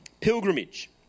Pilgrimage